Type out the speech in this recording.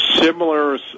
similar